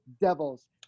Devils